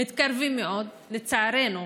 מתקרבים מאוד, לצערנו.